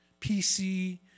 PC